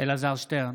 אלעזר שטרן,